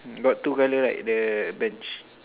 got two colour right the bench